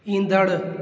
ईंदड़ु